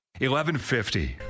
1150